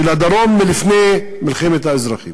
הדרום מלפני מלחמת האזרחים.